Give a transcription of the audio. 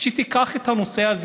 שתיקח את הנושא הזה,